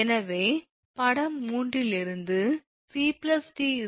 எனவே படம் 3 இலிருந்து 𝑐𝑑 𝑦